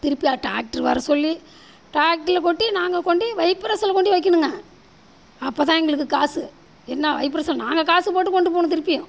திருப்பி ட்ராக்ட்ரு வர சொல்லி ட்ராக்ட்ரில் கொட்டி நாங்கள் கொண்டு வைப்ரெஸில் கொண்டு வைக்கணுங்க அப்போதான் எங்களுக்கு காசு என்ன வைப்ரெஸில் நாங்கள் காசு போட்டு கொண்டு போகணும் திருப்பியும்